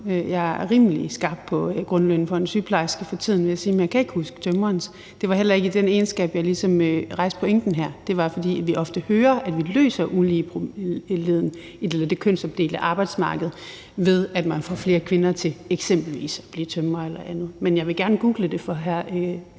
Jeg er rimelig skarp på grundlønnen for en sygeplejerske for tiden, vil jeg sige, men jeg kan ikke huske tømrerens. Det var heller ikke i den egenskab, at jeg ligesom rejste pointen her. Det var, fordi vi ofte hører, at vi løser problemerne med uligheden og det kønsopdelte arbejdsmarked ved, at vi får flere kvinder til eksempelvis at blive tømrere eller andet. Men jeg vil gerne google det for hr.